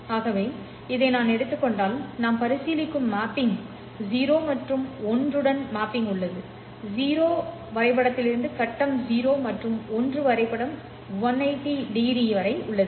ஆகவே இதை நான் எடுத்துக் கொண்டால் நான் பரிசீலிக்கும் மேப்பிங் உள்ளது 0 மற்றும் 1 உடன் மேப்பிங் உள்ளது 0 வரைபடத்திலிருந்து கட்டம் 0 மற்றும் 1 வரைபடம் 180 டிகிரி வரை உள்ளது